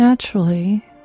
Naturally